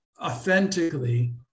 authentically